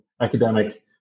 academic